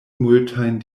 multajn